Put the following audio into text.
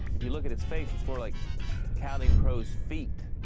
if you look at his face it's more like counting crows feet.